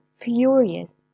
furious